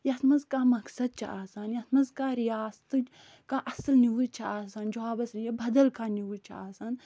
یَتھ منٛز کانٛہہ مقصد چھِ آسان یَتھ منٛز کانٛہہ رِیاسٕتٕچ کانٛہہ اَصٕل نِوٕز چھِ آسان جابَس یا بدل کانٛہہ نِوٕز چھِ آسان